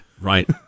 right